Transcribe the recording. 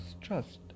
trust